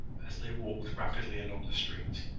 as they walked rapidly along the street.